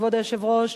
כבוד היושב-ראש,